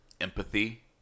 empathy